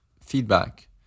feedback